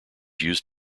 used